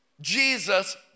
Jesus